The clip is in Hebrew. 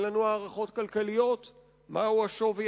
אין לנו הערכות כלכליות מהו השווי